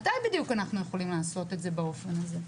מתי בדיוק אנחנו יכולים לעשות את זה באופן הזה.